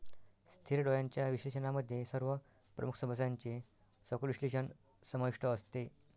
स्थिर डोळ्यांच्या विश्लेषणामध्ये सर्व प्रमुख समस्यांचे सखोल विश्लेषण समाविष्ट असते